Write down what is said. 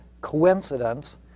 coincidence